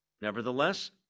Nevertheless